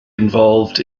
involved